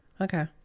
Okay